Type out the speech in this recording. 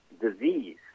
disease